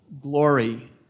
glory